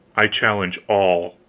i challenge all!